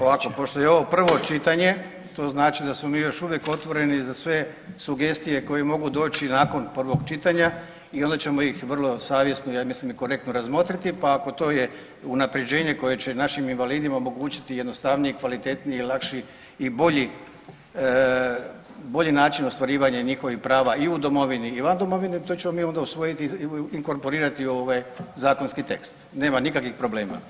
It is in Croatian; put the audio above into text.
Ovako, pošto je ovo prvo čitanje, to znači da smo mi još uvijek otvoreni za sve sugestije koje mogu doći nakon prvog čitanja i onda ćemo ih vrlo savjesno i ja mislim i korektno razmotriti, pa ako to je unaprjeđenje koje će našim invalidima omogućiti jednostavnije, kvalitetnije i lakši i bolji način ostvarivanja njihovih prava i u domovini i van domovine, to ćemo mi onda usvojiti i inkorporirati u ovaj zakonski tekst, nema nikakvih problema.